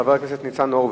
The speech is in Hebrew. חבר הכנסת ניצן הורוביץ.